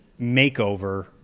makeover